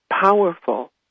powerful